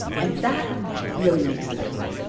and that really makes the difference, like